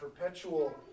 perpetual